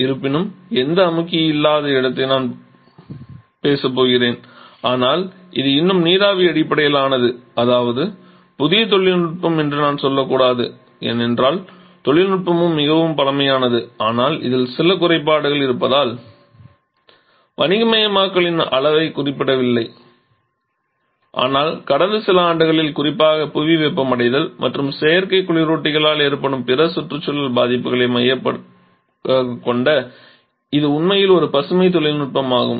இருப்பினும் எந்த அமுக்கி இல்லாத இடத்தைப் பற்றி நான் பேசப் போகிறேன் ஆனால் அது இன்னும் நீராவி அடிப்படையிலானது அதாவது புதிய தொழில்நுட்பம் என்று நான் சொல்லக்கூடாது ஏனென்றால் தொழில்நுட்பமும் மிகவும் பழமையானது ஆனால் இதில் சில குறைபாடுகள் இருப்பதால் வணிகமயமாக்கலின் அளவை அடையவில்லை ஆனால் கடந்த சில ஆண்டுகளில் குறிப்பாக புவி வெப்பமடைதல் மற்றும் செயற்கை குளிரூட்டிகளால் ஏற்படும் பிற சுற்றுச்சூழல் பாதிப்புகளை மையமாகக் கொண்ட இது உண்மையில் ஒரு பசுமை தொழில்நுட்பமாகும்